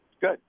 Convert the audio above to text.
good